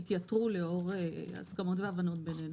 יתייתרו לאור הסכמות והבנות בינינו.